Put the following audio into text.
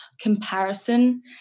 comparison